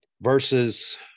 Versus